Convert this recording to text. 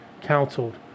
counseled